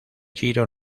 giro